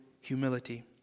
humility